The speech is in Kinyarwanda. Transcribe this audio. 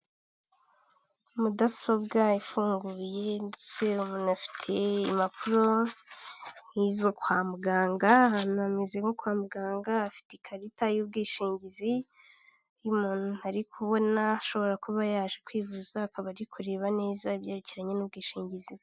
Mudasobwa ifunguye ndetse umuntu afite impapuro nk'izo kwa muganga, aha hantu, hameze nko kwa muganga afite ikarita y'ubwishingizi y'umuntu ntari kubona ashobora kuba yaje kwivuza akabari kureba neza ibyerekeranye n'ubwishingizi.